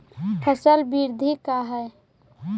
फसल वृद्धि का है?